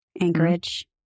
Anchorage